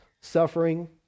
suffering